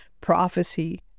prophecy